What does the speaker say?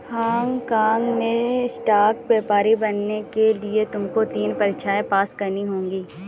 Hong काँग में stock व्यापारी बनने के लिए तुमको तीन परीक्षाएं पास करनी होंगी